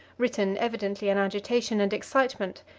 written evidently in agitation and excitement,